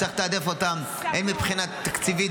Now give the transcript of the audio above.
צריך לתעדף אותם הן מבחינה תקציבית,